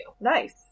Nice